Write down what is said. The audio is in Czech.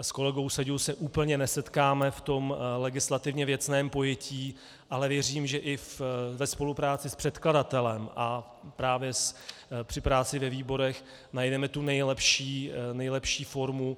S kolegou Seďou se úplně nesetkáme v legislativně věcném pojetí, ale věřím, že i ve spolupráci s předkladatelem a právě při práci ve výborech najdeme tu nejlepší formu.